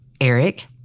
Eric